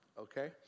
okay